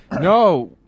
No